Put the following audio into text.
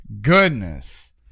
goodness